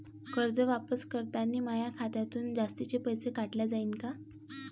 कर्ज वापस करतांनी माया खात्यातून जास्तीचे पैसे काटल्या जाईन का?